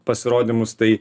pasirodymus tai